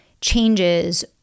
changes